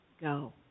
go